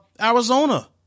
Arizona